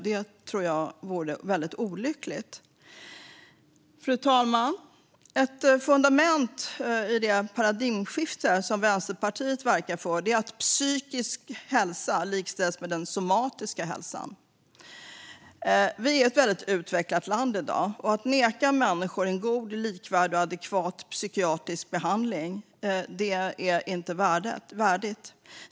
Det tror jag vore väldigt olyckligt. Fru talman! Ett fundament i det paradigmskifte som Vänsterpartiet verkar för är att psykisk hälsa likställs med somatisk hälsa. Vi är ett väldigt utvecklat land i dag. Att neka människor en god, likvärdig och adekvat psykiatrisk behandling är inte värdigt.